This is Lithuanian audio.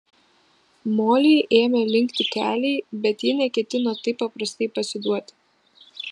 molei ėmė linkti keliai bet ji neketino taip paprastai pasiduoti